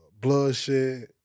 bloodshed